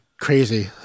crazy